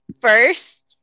first